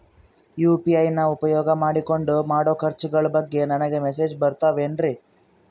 UPI ನ ಉಪಯೋಗ ಮಾಡಿಕೊಂಡು ಮಾಡೋ ಖರ್ಚುಗಳ ಬಗ್ಗೆ ನನಗೆ ಮೆಸೇಜ್ ಬರುತ್ತಾವೇನ್ರಿ?